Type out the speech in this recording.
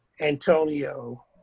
Antonio